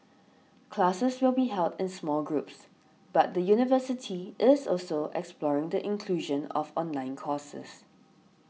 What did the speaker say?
classes will be held in small groups but the university is also exploring the inclusion of online courses